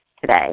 today